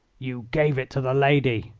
you gave it to the lady.